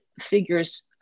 figures